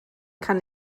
kann